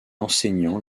enseignant